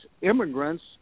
immigrants